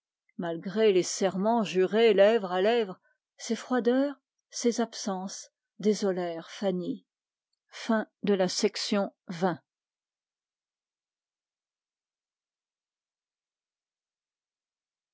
malgré les serments jurés bouche à bouche ses froideurs ses absences désolèrent fanny